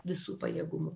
visu pajėgumu